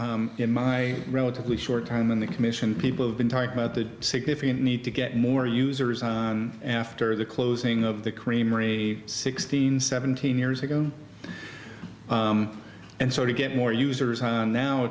that in my relatively short time in the commission people have been talking about the significant need to get more users on after the closing of the creamery sixteen seventeen years ago and so to get more users on now